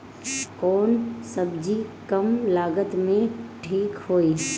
कौन सबजी कम लागत मे ठिक होई?